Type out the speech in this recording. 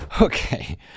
Okay